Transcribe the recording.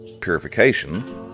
purification